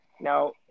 Now